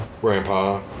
Grandpa